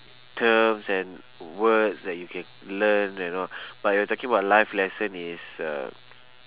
terms and words that you can learn you know but you're talking about life lesson is a